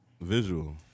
visual